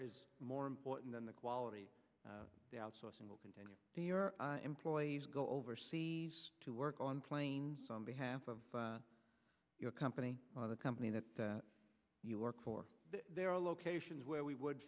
is more important than the quality the outsourcing will continue do your employees go overseas to work on planes on behalf of your company or the company that you work for their locations where we would